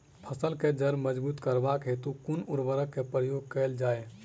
फसल केँ जड़ मजबूत करबाक हेतु कुन उर्वरक केँ प्रयोग कैल जाय?